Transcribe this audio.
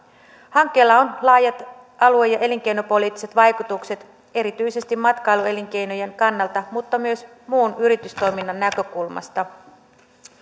hankkeella on laajat alue ja ja elinkeinopoliittiset vaikutukset erityisesti matkailuelinkeinojen kannalta mutta myös muun yritystoiminnan näkökulmasta